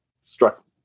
struck